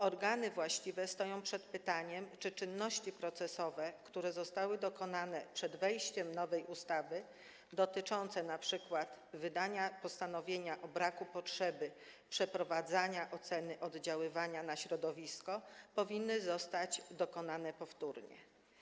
Organy właściwe stoją przed pytaniem, czy czynności procesowe, które zostały dokonane przed wejściem nowej ustawy, np. dotyczące wydania postanowienia o braku potrzeby przeprowadzania oceny oddziaływania na środowisko, powinny zostać dokonane powtórnie.